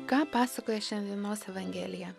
ką pasakoja šiandienos evangelija